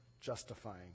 justifying